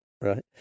Right